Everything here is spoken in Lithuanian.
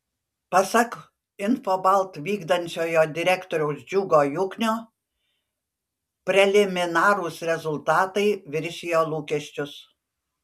pasak infobalt vykdančiojo direktoriaus džiugo juknio preliminarūs rezultatai viršijo lūkesčius